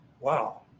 Wow